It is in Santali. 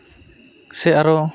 ᱥᱮ ᱟᱨᱚ